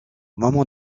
moment